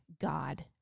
God